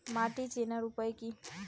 মাটি চেনার উপায় কি?